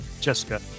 Jessica